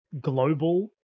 global